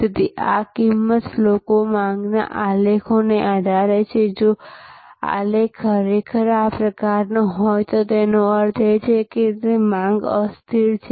તેથી આ કિંમત શ્લોકો માંગ આલેખના આધારે જો આ આલેખ ખરેખર આ આકારનો હોય તો તેનો અર્થ એ છે કે તે માંગ અસ્થિર છે